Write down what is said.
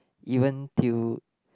even till